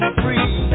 free